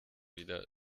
wieder